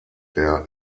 der